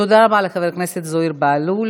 תודה רבה לחבר הכנסת זוהיר בהלול.